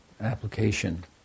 application